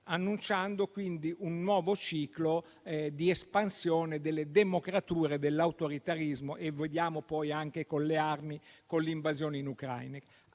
annunciando un nuovo ciclo di espansione delle democrature dell'autoritarismo, che vediamo poi anche con le armi e l'invasione in Ucraina.